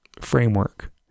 framework